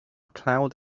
cloud